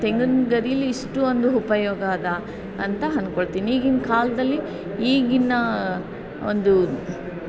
ತೆಂಗಿನ ಗರೀಲಿ ಇಷ್ಟು ಒಂದು ಉಪಯೋಗ ಅದ ಅಂತ ಅನ್ಕೊಳ್ತೀನಿ ಈಗಿನ ಕಾಲದಲ್ಲಿ ಈಗಿನ ಒಂದು